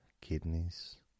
kidneys